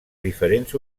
diferents